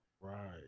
Right